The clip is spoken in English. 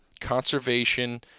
conservation